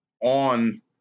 on